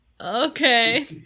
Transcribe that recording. Okay